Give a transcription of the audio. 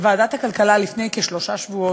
בוועדת הכלכלה לפני כשלושה שבועות,